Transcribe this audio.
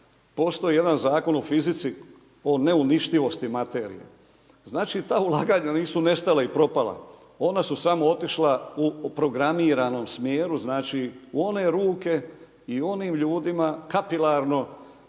Postoji jedan zakon u fizici o neuništivosti materije. Znači ta ulaganja nisu nestala i propala, ona su samo otišla u programiranom smjeru znači u one ruke i onim ljudima kapilarno